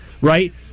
right